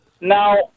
Now